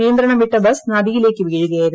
നിയന്ത്രണം വിട്ട ബസ് നദിയിലേക്ക് വീഴുകയായിരുന്നു